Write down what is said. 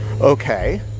Okay